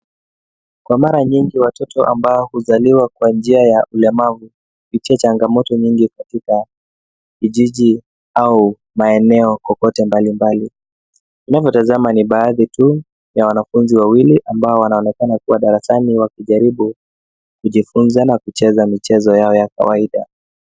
Kwa mari nyigi watoto ambao huzaliwa kwa njia ya ulemavu hupitia changamoto nyingi katika kijiji au maeneo kote mbalimbali. Tunavotazama ni baadhi tu ya wanafunzi wawili ambao wanaonekana kuwa darasani wakijaribu kujifunza na kucheza michezo yao ya kawaida.